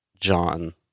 John